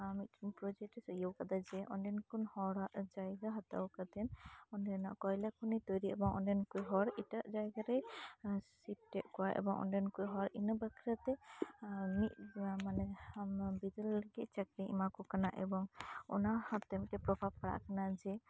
ᱢᱤᱫᱴᱮᱱ ᱯᱨᱚᱡᱮᱠᱴ ᱮ ᱤᱭᱟᱹᱣ ᱠᱟᱫᱟ ᱡᱮ ᱚᱸᱰᱮᱱ ᱠᱚ ᱦᱚᱲᱟᱜ ᱡᱟᱭᱜᱟ ᱦᱟᱛᱟᱣ ᱠᱟᱛᱮᱫ ᱚᱸᱰᱮᱱᱟᱜ ᱠᱚᱭᱞᱟ ᱠᱷᱚᱱᱤ ᱛᱚᱭᱨᱤᱜ ᱮᱵᱚᱝ ᱩᱝᱠᱩ ᱦᱚᱲ ᱮᱴᱟᱜ ᱡᱟᱭᱜᱟ ᱨᱮ ᱥᱤᱯᱷᱴ ᱮᱫ ᱠᱚᱣᱟᱭ ᱮᱵᱚᱝ ᱚᱸᱰᱮᱱ ᱠᱚ ᱦᱚᱲ ᱤᱱᱟᱹ ᱵᱟᱠᱷᱨᱟᱛᱮ ᱢᱤᱫ ᱤᱭᱟᱹ ᱢᱟᱱᱮ ᱜᱤᱫᱽᱨᱟᱹ ᱞᱟᱹᱜᱤᱫ ᱪᱟᱠᱨᱤ ᱮᱢᱟ ᱠᱚ ᱠᱟᱱᱟ ᱮᱵᱚᱝ ᱚᱱᱟ ᱦᱚᱛᱮᱛᱮ ᱢᱤᱜᱫᱟᱝ ᱯᱨᱚᱵᱷᱟᱵᱽ ᱯᱟᱲᱟᱜ ᱠᱟᱱᱟ ᱡᱮ